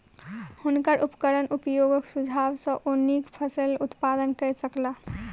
हुनकर उपकरण उपयोगक सुझाव सॅ ओ नीक फसिल उत्पादन कय सकला